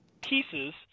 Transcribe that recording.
pieces